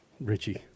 Richie